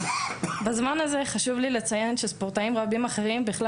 בזמן הזה חשוב לי לציין שספורטאים רבים בכלל